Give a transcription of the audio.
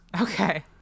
Okay